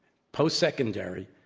post-secondary,